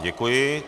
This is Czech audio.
Děkuji.